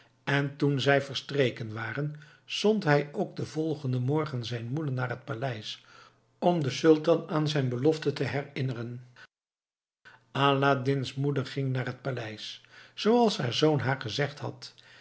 en toen zij verstreken waren zond hij ook den volgenden morgen zijn moeder naar het paleis om den sultan aan zijn belofte te herinneren aladdin's moeder ging naar het paleis zooals haar zoon haar gezegd had